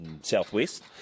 southwest